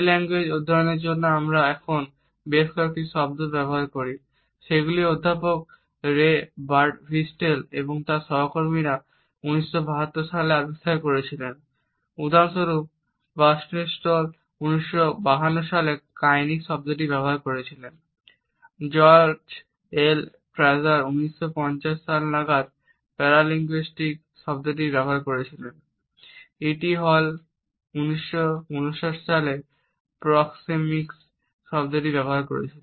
professor Ray বার্ডভিস্টেলও এর সাথে যোগ উদাহরণস্বরূপ Refer slide time 1433 বার্ডভিস্টেল 1952 সালে কাইনিক শব্দটি ব্যবহার করেছেন